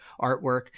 artwork